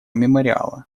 мемориала